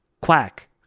Quack